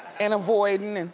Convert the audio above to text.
and avoiding. and